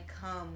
come